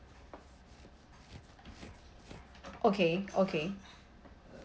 okay okay